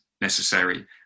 necessary